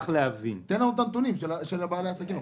תן לנו את הנתונים של בעלי העסקים.